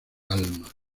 alma